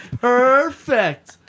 Perfect